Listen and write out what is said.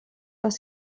aus